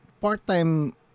part-time